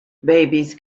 babies